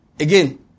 Again